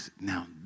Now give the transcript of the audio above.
Now